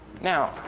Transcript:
Now